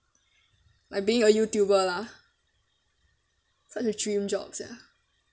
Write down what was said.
like being a YouTuber lah such a dream job sia